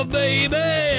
baby